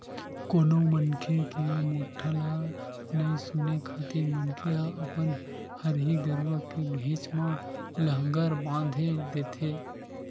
कोनो मनखे के मोठ्ठा ल नइ सुने खातिर मनखे ह अपन हरही गरुवा के घेंच म लांहगर बांधे देथे